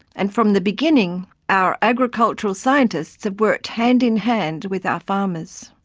and from the beginning, our agricultural scientists have worked hand-in-hand with our farmers.